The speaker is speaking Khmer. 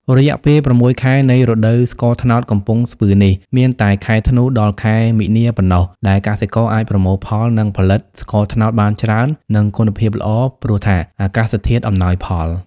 រយៈពេល៦ខែ នៃរដូវស្ករត្នោតកំពង់ស្ពឺនេះ មានតែខែធ្នូ ដល់ខែមីនាប៉ុណ្ណោះ ដែលកសិករអាចប្រមូលផល និងផលិតស្ករត្នោតបានច្រើន និងគុណភាពល្អ ព្រោះថា អាកាសធាតុអំណាយផល។